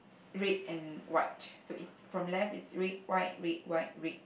red and white so it's from left it's red white red white red